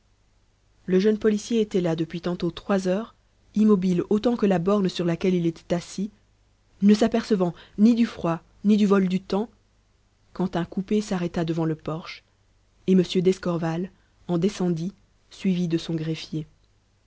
le jeune policier était là depuis tantôt trois heures immobile autant que la borne sur laquelle il était assis ne s'apercevant ni du froid ni du vol du temps quand un coupé s'arrêta devant le porche et m d'escorval en descendit suivi de son greffier